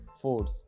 fourth